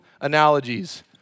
analogies